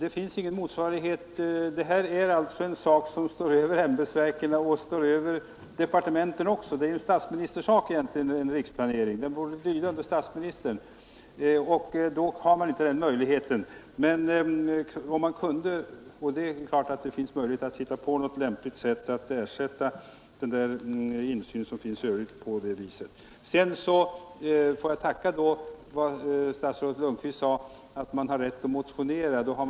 En riksplanering är något som står över ämbetsverken och departementen. Den är egentligen någonting som borde lyda under statsministern, och då har man inte den möjligheten. Men det finns naturligtvis andra möjligheter att hitta på något lämpligt sätt att ersätta den insyn som borde finnas i det fallet. Slutligen tackar jag för vad statsrådet Lundkvist sade, nämligen att man har rätt att motionera om riktlinjer.